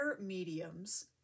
mediums